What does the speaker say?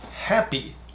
Happy